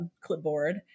clipboard